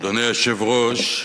אדוני היושב-ראש,